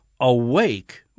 awake